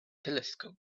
telescope